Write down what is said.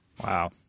Wow